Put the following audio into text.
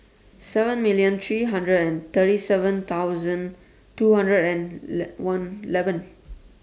seven million three hundred and thirty seven thousand two hundred and one eleven